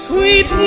Sweet